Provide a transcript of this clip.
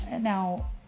now